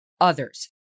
others